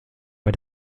bei